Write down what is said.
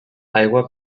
aigua